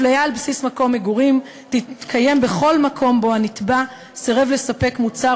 אפליה על בסיס מקום מגורים תתקיים בכל מקום שבו הנתבע סירב לספק מוצר